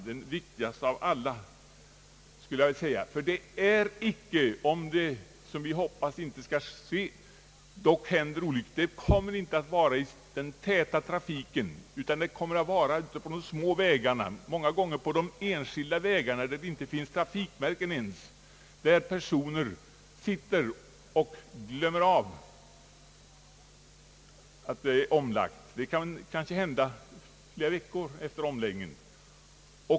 Om det, vilket vi givetvis hoppas icke skall ske, dock händer olyckor kommer dessa icke att inträffa i den täta trafiken utan ute på de små vägarna, många gånger på enskilda vägar där det inte ens finns trafikmärken och där trafikanterna lätt glömmer bort att det har skett en omläggning till högertrafik, trots att det kan vara flera veckor efter omläggningen.